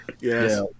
Yes